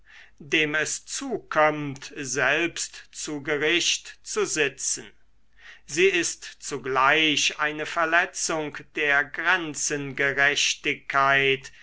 dem es zukömmt selbst zu gericht zu sitzen sie ist zugleich eine verletzung der